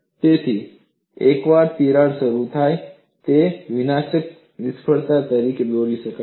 તેથી એકવાર તિરાડ શરૂ થાય છે તે વિનાશક નિષ્ફળતા તરફ દોરી જાય છે